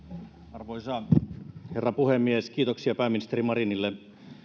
arvoisa herra puhemies kiitoksia pääministeri marinille